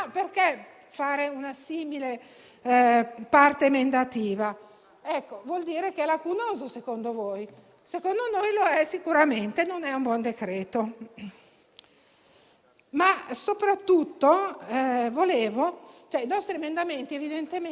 In un'epoca così *green*, in cui tutti i giorni si parla di svolta *green* e si dice che bisogna cambiare modalità di vita, di produzione, di attenzione e cultura, noi eravamo tutti convinti che bisognasse salvare il mondo dell'apicoltura.